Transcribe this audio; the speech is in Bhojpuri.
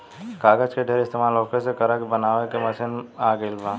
कागज के ढेर इस्तमाल होखे से एकरा के बनावे के मशीन आ गइल बा